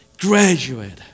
graduate